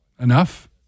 enough